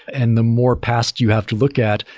and the more past you have to look at,